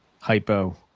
hypo